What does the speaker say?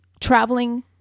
traveling